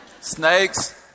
Snakes